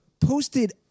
posted